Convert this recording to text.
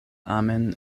amen